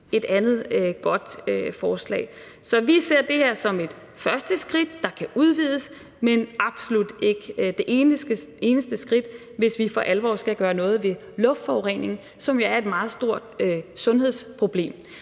et andet godt forslag. Så vi ser det her som et første skridt, der kan udvides, men absolut ikke det eneste skridt, hvis vi for alvor skal gøre noget ved luftforureningen, som er et meget stort sundhedsproblem.